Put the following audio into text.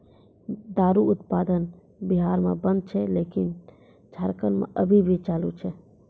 दारु उत्पादन बिहार मे बन्द छै लेकिन झारखंड मे अभी भी चालू छै